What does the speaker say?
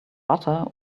butter